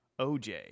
OJ